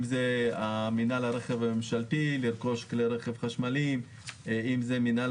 אם זה לרכוש כלי רכב חשמליים למינהל הרכב הממשלתי,